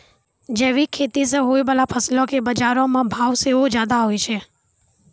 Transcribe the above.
जैविक खेती से होय बाला फसलो के बजारो मे भाव सेहो ज्यादा होय छै